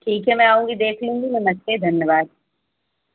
ठीक है मैं आऊँगी देख लूँगी नमस्ते धन्यवाद